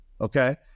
okay